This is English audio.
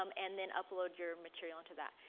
um and then upload your material into that.